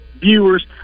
viewers